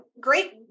Great